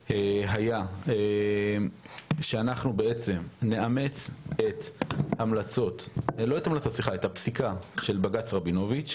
לחקיק3ה היה שאנחנו נאמץ את הפסיקה של בג"ץ רבינוביץ'